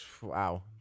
wow